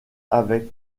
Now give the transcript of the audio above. avec